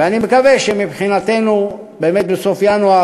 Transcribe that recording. ואני מקווה שמבחינתנו באמת בסוף ינואר